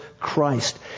Christ